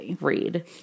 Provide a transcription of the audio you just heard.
read